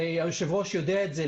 והיושב-ראש יודע את זה,